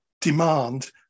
demand